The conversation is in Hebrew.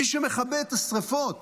מי שמכבה את השריפות